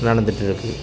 நடந்துட்டிருக்கு